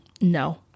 no